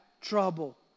trouble